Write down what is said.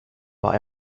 war